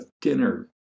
dinner